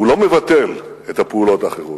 הוא לא מבטל את הפעולות האחרות,